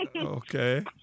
Okay